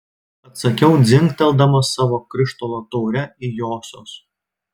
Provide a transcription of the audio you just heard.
atsakiau dzingteldamas savo krištolo taure į josios